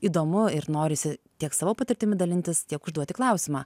įdomu ir norisi tiek savo patirtimi dalintis tiek užduoti klausimą